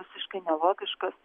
visiškai nelogiškas